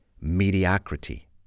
mediocrity